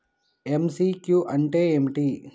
MCQ అంటే ఏమిటి?